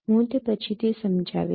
હું તે પછીથી સમજાવીશ